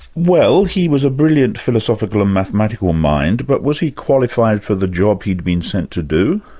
well, he was a brilliant philosophical and mathematical mind, but was he qualified for the job he'd been sent to do?